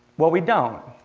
well, we don't.